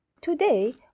Today